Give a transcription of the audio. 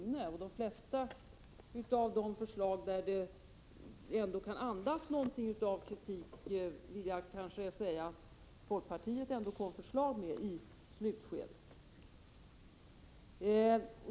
När det gäller de flesta av de skrivningar som ändå andas något av kritik vill jag säga att folkpartiet lade fram förslag i slutskedet.